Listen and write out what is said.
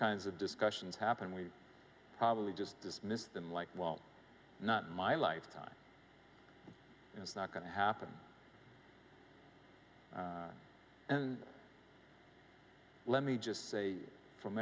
kinds of discussions happen we probably just dismiss them like well not in my lifetime it's not going to happen and let me just say from